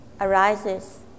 arises